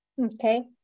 Okay